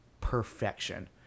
Perfection